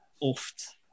Oft